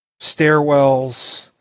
stairwells